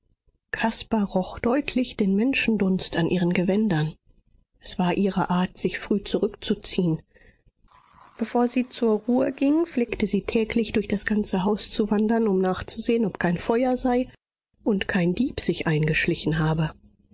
caspar roch deutlich den menschendunst an ihren gewändern es war ihre art sich früh zurückzuziehen bevor sie zur ruhe ging pflegte sie täglich durch das ganze haus zu wandern um nachzusehen ob kein feuer sei und kein dieb sich eingeschlichen habe